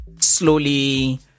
slowly